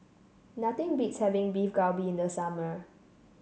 nothing beats having Beef Galbi in the summer